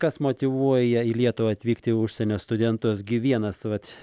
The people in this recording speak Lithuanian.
kas motyvuoja į lietuvą atvykti užsienio studentus gi vienas vat